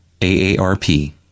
AARP